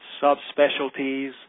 subspecialties